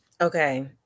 Okay